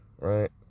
right